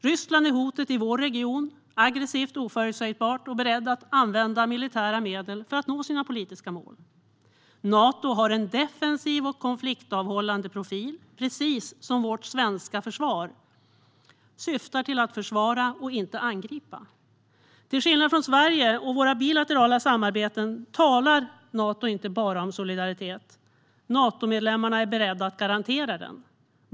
Ryssland är hotet i vår region, är aggressivt och oförutsägbart och berett att använda militära medel för att nå sina politiska mål. Nato har en defensiv och konfliktavhållande profil, precis som vårt svenska försvar, som syftar till att försvara och inte angripa. Till skillnad från Sverige och våra bilaterala samarbeten talar Nato inte bara om solidaritet. Natomedlemmarna är beredda att garantera den.